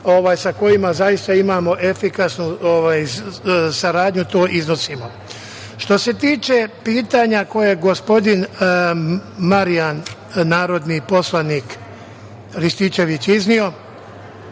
sa kojima zaista imamo efikasnu saradnju, to iznosimo. Što se tiče pitanja koje je gospodin Marijan Rističević izneo,